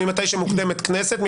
מהרגע שמוקדמת כנסת,